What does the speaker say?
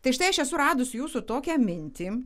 tai štai aš esu radus jūsų tokią mintį